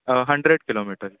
hundred kilometers